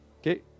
Okay